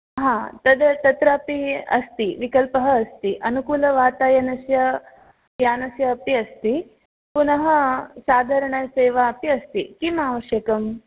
हा तद् तत्रापि अस्ति विकल्पः अस्ति अनुकूलवातायनस्य यानस्य अपि अस्ति पुनः साधारणसेवा अपि अस्ति किम् आवश्यकम्